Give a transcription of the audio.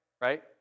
right